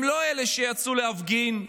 הם לא אלה שיצאו להפגין,